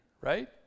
right